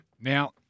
Now